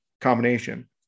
combination